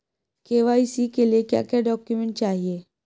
KYC के लिए क्या क्या डॉक्यूमेंट चाहिए?